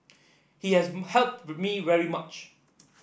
he has helped me very much